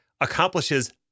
accomplishes